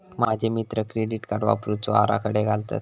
माझे मित्र credit card वापरुचे आराखडे घालतत